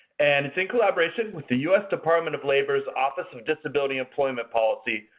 and it's in collaboration with the us department of labor's office of disability employment policy,